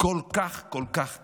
כל כך כל כך קשה,